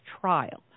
trial